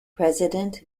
president